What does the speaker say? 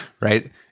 right